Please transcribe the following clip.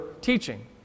teaching